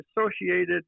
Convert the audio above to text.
associated